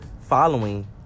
following